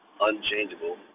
unchangeable